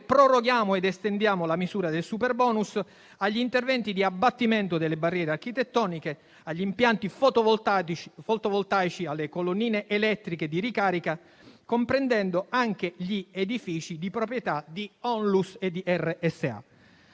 proroghiamo ed estendiamo la misura del superbonus agli interventi di abbattimento delle barriere architettoniche, agli impianti fotovoltaici e alle colonnine elettriche di ricarica, comprendendo anche gli edifici di proprietà di ONLUS e di RSA.